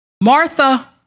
Martha